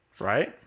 right